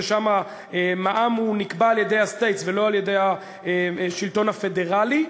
ששם מע"מ נקבע על-ידי ה-States ולא על-ידי השלטון הפדרלי,